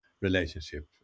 relationship